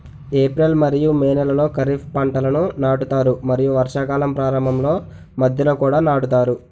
April మరియు May నెలలో ఖరీఫ్ పంటలను నాటుతారు మరియు వర్షాకాలం ప్రారంభంలో మధ్యలో కూడా నాటుతారు